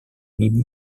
mimi